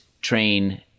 train